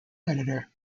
editor